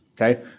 okay